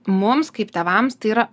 mums kaip tėvams tai yra